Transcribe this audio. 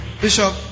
bishop